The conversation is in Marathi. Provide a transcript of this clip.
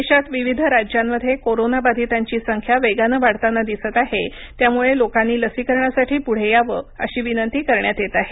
देशात विविध राज्यांमध्ये कोरोनाबाधितांची संख्या वेगानं वाढताना दिसत आहे त्यामुळं लोकांनी लसीकरणासाठी पुढे यावं अशी विनंती करण्यात येत आहे